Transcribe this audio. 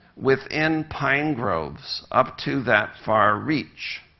within pine groves up to that far reach.